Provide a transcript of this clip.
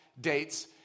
dates